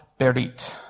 Berit